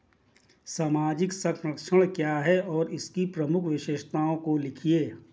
सामाजिक संरक्षण क्या है और इसकी प्रमुख विशेषताओं को लिखिए?